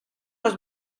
los